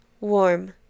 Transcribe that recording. warm